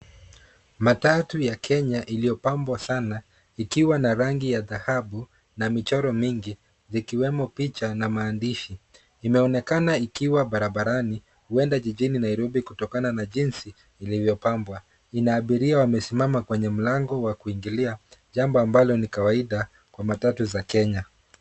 Matatu ya Kenya iliyopambwa sana ikiwa na rangi ya dhahabu na michoro mingi, zikiwemo picha na maandishi. Imeonekana ikiwa barabarani, huenda jijini Nairobi kutokana na jinsi ilivyopambwa. Ina abiria wamesimama kwenye mlango wa kuingilia, jambo ambalo ni kawaida kwa matatu za Kenya.